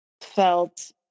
felt